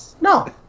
No